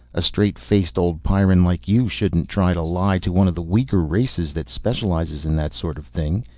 a straight-faced old pyrran like you shouldn't try to lie to one of the weaker races that specialize in that sort of thing.